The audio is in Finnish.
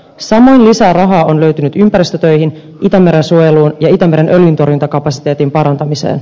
samoin lisää rahaa on löytynyt ympäristötöihin itämeren suojeluun ja itämeren öljyntorjuntakapasiteetin parantamiseen